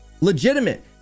Legitimate